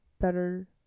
better